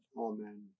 amen